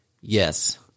Yes